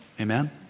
amen